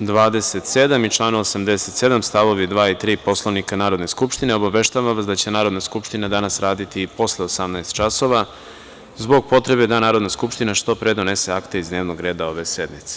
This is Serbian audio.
27. i članu 87. st. 2. i 3. Poslovnika Narodne skupštine, obaveštavam vas da će Narodna skupština danas raditi i posle 18.00 časova, zbog potrebe da Narodna skupština što pre donese akte iz dnevnog reda ove sednice.